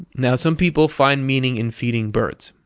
now some people find meaning in feeding birds.